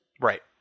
Right